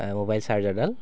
mobile চাৰ্জাৰডাল